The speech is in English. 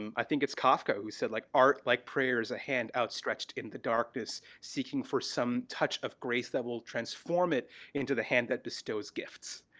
um i think it's kafka who said like art like prayers a hand outstretched in the darkness seeking for some touch of grace that will transform it into the hand that bestows gifts,